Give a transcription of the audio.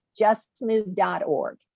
justmove.org